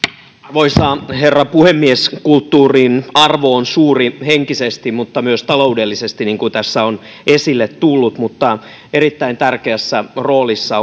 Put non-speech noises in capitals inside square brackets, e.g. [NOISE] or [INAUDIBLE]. arvoisa herra puhemies kulttuurin arvo on suuri henkisesti mutta myös taloudellisesti niin kuin tässä on esille tullut erittäin tärkeässä roolissa [UNINTELLIGIBLE]